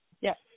Yes